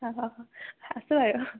আছোঁ আৰু